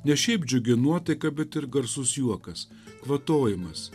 ne šiaip džiugi nuotaika bet ir garsus juokas kvatojimas